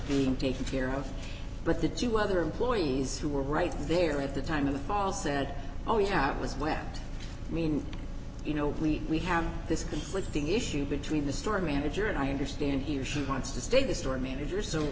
being taken care of but that you other employees who were right there at the time of the fall said oh we have was whacked i mean you know we we have this conflicting issue between the store manager and i understand he or she wants to stay the store manager so